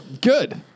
Good